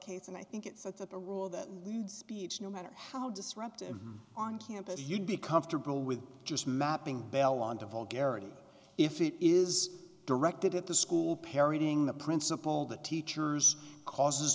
case and i think it sets up a rule that lead speech no matter how disruptive on campus you'd be comfortable with just not being bell on deval garrity if it is directed at the school parroting the principal the teacher's causes